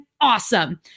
awesome